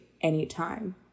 anytime